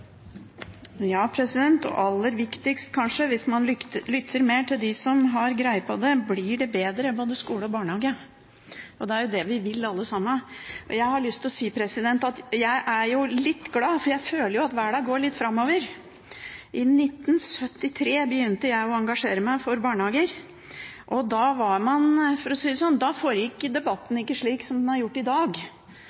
Aller viktigst, kanskje: Hvis man lytter mer til dem som har greie på det, blir det bedre både skole og barnehage, og det er jo det vi vil alle sammen. Jeg har lyst til å si at jeg er litt glad, for jeg føler at verden går litt framover. I 1973 begynte jeg å engasjere meg for barnehager, og da foregikk ikke debatten slik som den har gjort i dag. Da var det ganske mange som var veldig imot barnehager i det